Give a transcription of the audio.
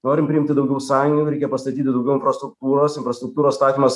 norim priimti daugiau sąjungininkų reikia pastatyti daugiau infrastruktūros infrastruktūros statymas